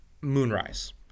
Moonrise